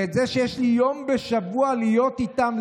ואת זה שיש לי יום בשבוע להיות איתם,